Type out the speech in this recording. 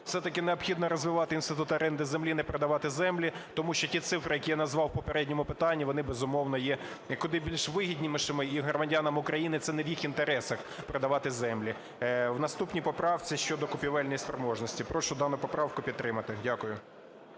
все-таки необхідно розвивати інститут оренди землі, не продавати землі. Тому що ті цифри, які я назвав у попередньому питанні, вони, безумовно, є куди більш вигіднішими. І громадянам України, це не в їх інтересах продавати землі. В наступній поправці щодо купівельної спроможності. Прошу дану поправку підтримати. Дякую.